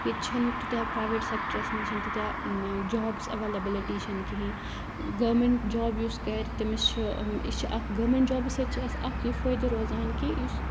ییٚتہِ چھنہٕ تیٖتیاہ پرایویٹ سیٚکٹرس منٛز چھنہٕ تیٖتیاہ جابٕس ایویلیبلتی چھنہٕ کہیٖنۍ گورمینٹ جاب یُس کَرِ تٔمِس چھِ یہِ چھِ اکھ گورمینٹ جابہٕ سۭتۍ چھُ اَسہِ اکھ یہِ فٲیدٕ روزان کہِ یُس